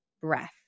breath